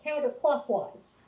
counterclockwise